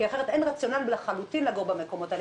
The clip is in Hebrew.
כי אחרת אין לחלוטין רציונל לגור במקומות האלה.